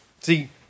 See